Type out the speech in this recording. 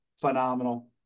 phenomenal